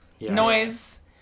noise